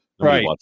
Right